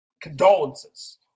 condolences